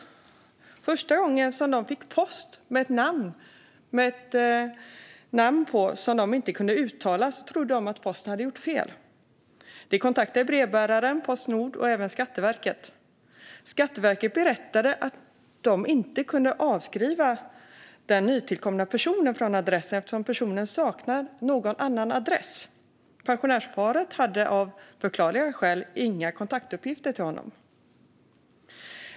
Första gången de fick post till ett namn som de inte kunde uttala trodde de att posten gjort fel. De kontaktade brevbäraren, Postnord och även Skatteverket. Skatteverket berättade att man inte kunde avskriva den nytillkomna personen från adressen eftersom personen saknade en annan adress. Pensionärsparet hade av förklarliga skäl inga kontaktuppgifter till honom.